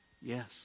yes